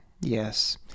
yes